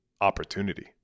opportunity